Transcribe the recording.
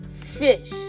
fish